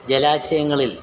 ജലാശയങ്ങളിൽ